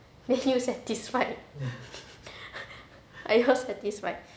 then you satisfied are y'all satisfied